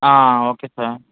okay sir